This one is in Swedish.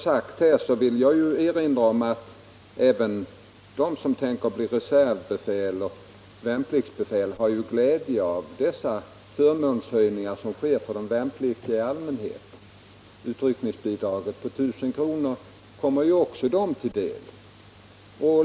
Jag vill erinra om att även de som tänker bli reservbefäl och värnpliktsbefäl har glädje av de höjningar av förmånerna som sker för de värnpliktiga i allmänhet. Utryckningsbidraget på 1 000 kr. kommer också dem till del.